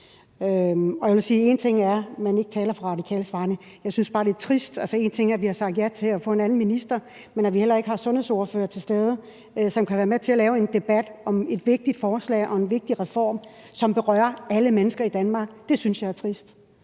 en ting er, at man ikke taler på Radikales vegne. Altså, vi har sagt ja til at få en anden minister på, men at vi heller ikke har sundhedsordførere til stede, som kan være med til at skabe en debat om et vigtigt forslag og en vigtig reform, som berører alle mennesker i Danmark, synes jeg er trist.